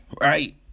right